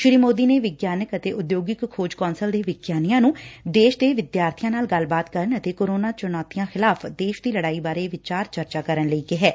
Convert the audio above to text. ਸ੍ਰੀ ਸੋਦੀ ਨੇ ਵਿਗਿਆਨਕ ਅਤੇ ਉਦਯੋਗਿਕ ਖੋਜ ਕੌ'ਸਲ ਦੇ ਵਿਗਿਆਨੀਆਂ ਨੰ ਦੇਸ਼ ਦੇ ਵਿਦਿਆਰਬੀਆਂ ਨਾਲ ਗੱਲਬਾਤ ਕਰਨ ਅਤੇ ਕੋਰੋਨਾ ਚੁਣੌਤੀਆਂ ਖਿਲਾਫ਼ ਦੇਸ਼ ਦੀ ਲਤਾਈ ਬਾਰੇ ਵਿਚਾਰ ਚਰਚਾ ਕਰਨ ਲਈ ਕਿਹੈ